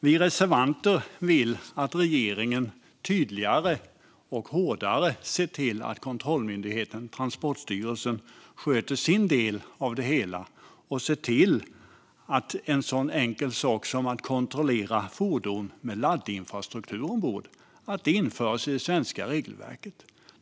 Vi reservanter vill att regeringen tydligare och hårdare ska se till att kontrollmyndigheten Transportstyrelsen sköter sin del av det hela och ser till att en sådan enkel sak som att kontrollera fordon med laddinfrastruktur ombord införs i det svenska regelverket.